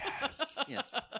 Yes